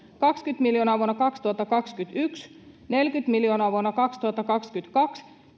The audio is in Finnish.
kaksikymmentä miljoonaa vuonna kaksituhattakaksikymmentäyksi neljäkymmentä miljoonaa vuonna kaksituhattakaksikymmentäkaksi